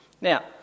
Now